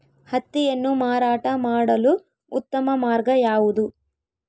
ಹತ್ತಿಯನ್ನು ಮಾರಾಟ ಮಾಡಲು ಉತ್ತಮ ಮಾರ್ಗ ಯಾವುದು?